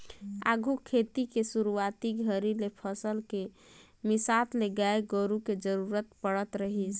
आघु खेती के सुरूवाती घरी ले फसल के मिसात ले गाय गोरु के जरूरत पड़त रहीस